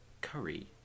curry